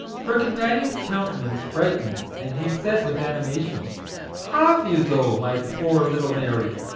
her companion's countenance brightened, and he said with animation have you, though, my poor little mary?